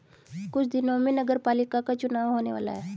कुछ दिनों में नगरपालिका का चुनाव होने वाला है